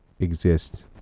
exist